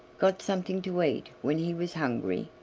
got something to eat when he was hungry!